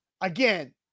Again